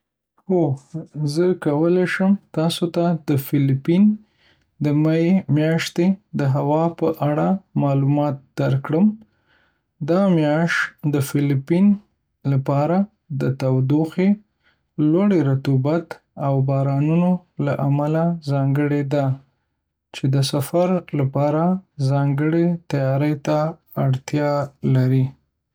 هو، زه کولی شم تاسو ته د فیلیپین د می میاشتې د هوا په اړه معلومات درکړم. دا میاشت د فیلیپین لپاره د تودوخې، لوړې رطوبت، او بارانونو له امله ځانګړې ده، چې د سفر لپاره ځانګړې تیاري ته اړتیا لري.